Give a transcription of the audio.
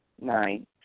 Nine